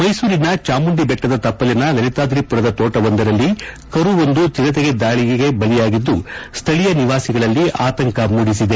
ಮೈಸೂರಿನ ಚಾಮುಂಡಿಬೆಟ್ಟದ ತಪ್ಪಲಿನ ಲಲಿತಾದ್ರಿಪುರದ ತೋಟವೊಂದರಲ್ಲಿ ಕರುವೊಂದು ಚಿರತೆ ದಾಳಿಗೆ ಬಲಿಯಾಗಿದ್ದು ಸ್ವಳೀಯ ನಿವಾಸಿಗಳಲ್ಲಿ ಆತಂಕ ಮೂಡಿಸಿದೆ